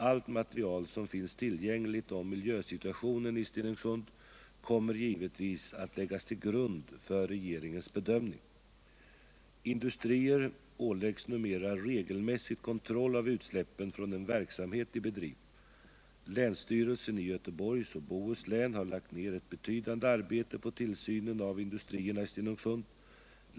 Allt material som finns tillgängligt om miljösituationen i Stenungsund kommer givetvis att läggas till grund för regeringens bedömning. Industrier åläggs numera regelmässigt kontroll av utsläppen från den verksamhet de bedriver. Länsstyrelsen i Göteborgs och Bohus län har lagt ned ett betydande arbete på tillsynen av industrierna i Stenungsund.